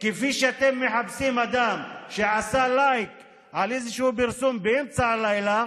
כפי שאתם מחפשים אדם שעשה לייק על איזשהו פרסום באמצע הלילה,